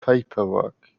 paperwork